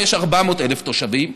שם יש 400,000 תושבים,